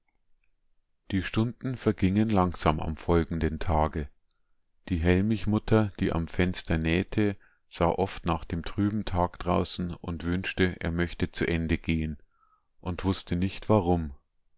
die stunden vergingen langsam am folgenden tage die hellmichmutter die am fenster nähte sah oft nach dem trüben tag draußen und wünschte er möchte zu ende gehen und wußte nicht warum